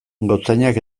gotzainak